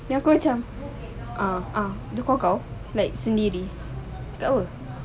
saya pun sama ah ah dia call kau like sendiri cakap apa